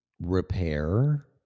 repair